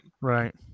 Right